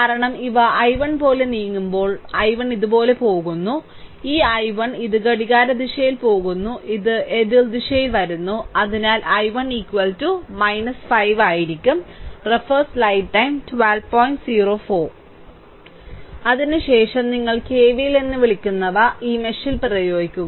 കാരണം ഇവ i1 പോലെ നീങ്ങുമ്പോൾ i1 ഇതുപോലെ പോകുന്നു ഈ i1 ഇത് ഘടികാരദിശയിൽ പോകുന്നു ഇത് എതിർദിശയിൽ വരുന്നു അതിനാൽ i1 5 അതിനുശേഷം നിങ്ങൾ കെവിഎൽ എന്ന് വിളിക്കുന്നവ ഈ മെഷിൽ പ്രയോഗിക്കുക